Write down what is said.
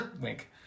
Wink